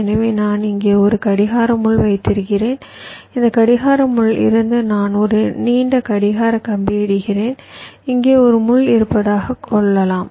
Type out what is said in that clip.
எனவே நான் இங்கே ஒரு கடிகார முள் வைத்திருக்கிறேன் இந்த கடிகார முள் இருந்து நான் ஒரு நீண்ட கடிகார கம்பியை இடுகிறேன் இங்கே ஒரு முள் இருப்பதாக சொல்லலாம்